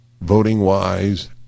Voting-wise